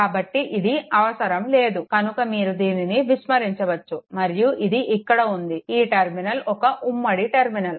కాబట్టి ఇది అవసరం లేదు కనుక మీరు దీనిని విస్మరించవచ్చు మరియు ఇది ఇక్కడ ఉంది ఈ టర్మినల్ ఒక ఉమ్మడి టర్మినల్